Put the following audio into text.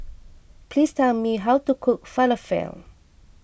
please tell me how to cook Falafel